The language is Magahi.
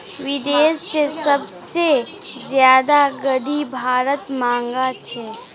विदेश से सबसे ज्यादा गाडी भारत मंगा छे